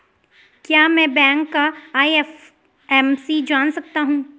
क्या मैं बैंक का आई.एफ.एम.सी जान सकता हूँ?